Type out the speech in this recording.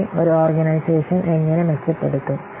പിന്നെ ഒരു ഓർഗനൈസേഷൻ എങ്ങനെ മെച്ചപ്പെടുത്തും